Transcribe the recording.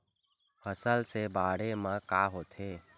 फसल से बाढ़े म का होथे?